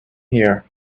here